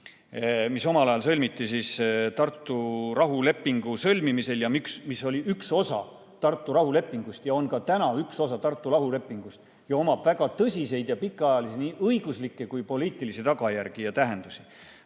omal ajal Tartu rahulepingu sõlmimisel, oli üks osa Tartu rahulepingust ja on ka täna üks osa Tartu rahulepingust. Tal on väga tõsised ja pikaajalised nii õiguslikud kui ka poliitilised tagajärjed ja tähendused.